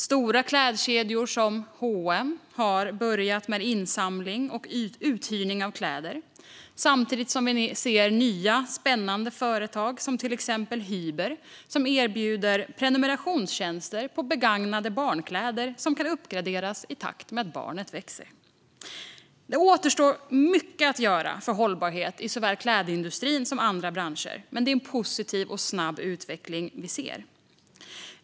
Stora klädkedjor som H & M har börjat med insamling och uthyrning av kläder. Samtidigt ser vi nya spännande företag, till exempel Hyber som erbjuder prenumerationstjänster för begagnade barnkläder som kan uppgraderas i takt med att barnet växer. Det återstår mycket att göra för hållbarhet i såväl klädindustrin som andra branscher, men det är en positiv och snabb utveckling som vi ser.